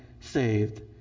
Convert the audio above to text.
saved